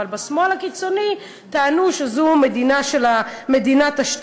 אבל בשמאל הקיצוני טענו שזו מדינת ה"שטאזי",